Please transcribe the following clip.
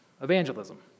evangelism